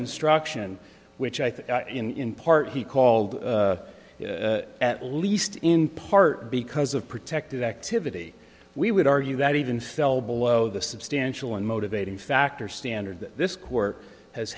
instruction which i think in part he called at least in part because of protected activity we would argue that even fell below the substantial and motivating factor standard that this court has